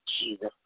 Jesus